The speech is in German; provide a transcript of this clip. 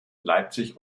leipzig